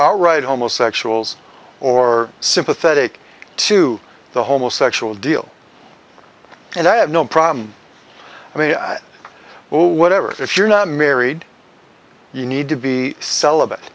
all right homosexuals or sympathetic to the homosexual deal and i have no problem i mean or whatever if you're not married you need to be celibate